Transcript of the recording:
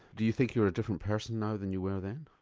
do you think you're a different person now than you were then?